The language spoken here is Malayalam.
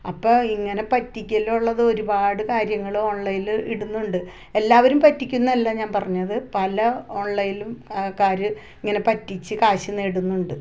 അപ്പം ഇങ്ങനെ പറ്റിക്കലുള്ളത് ഒരുപാട് കാര്യങ്ങൾ ഓൺലൈനിലിടുന്നുണ്ട് എല്ലാവരും പറ്റിക്കുന്നല്ല ഞാൻ പറഞ്ഞത് പല ഓൺലൈൻലും കാർ ഇങ്ങനെ പറ്റിച്ച് കാശ് നേടുന്നുണ്ട്